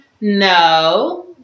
no